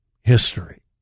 history